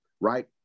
right